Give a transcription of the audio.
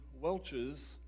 Welch's